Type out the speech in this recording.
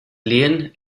lehen